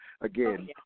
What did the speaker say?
again